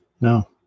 no